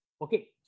Okay